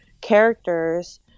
characters